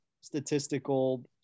statistical